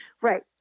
Right